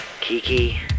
Kiki